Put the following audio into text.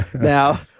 Now